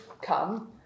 come